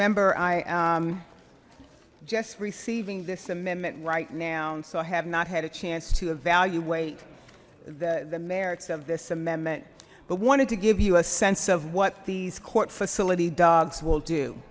member i just receiving this amendment right now so i have not had a chance to evaluate the merits of this amendment but wanted to give you a sense of what these court facility dogs will do